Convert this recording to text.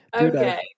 Okay